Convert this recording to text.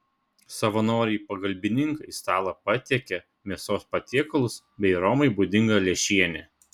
savanoriai pagalbininkai į stalą patiekia mėsos patiekalus bei romai būdingą lęšienę